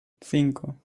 cinco